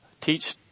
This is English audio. teach